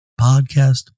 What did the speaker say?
Podcast